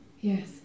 Yes